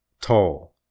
tall